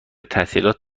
تعطیلات